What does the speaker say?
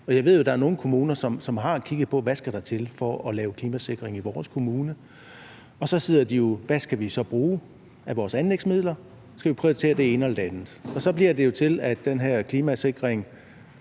Jeg ved jo, at der er nogle kommuner, som har kigget på, hvad der skal til for at lave klimasikring i deres kommune. Så sidder de og ser på, hvad de så skal bruge af deres anlægsmidler, om de skal prioritere det ene eller det andet, og så bliver det jo til, at den her klimasikring